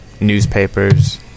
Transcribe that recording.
newspapers